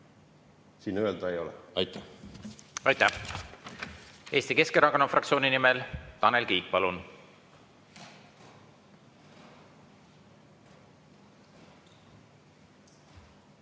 siin öelda ka ei ole. Aitäh! Aitäh! Eesti Keskerakonna fraktsiooni nimel Tanel Kiik, palun!